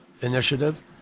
initiative